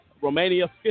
Romania